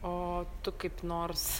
o tu kaip nors